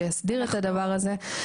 שיסדיר את הדבר הזה,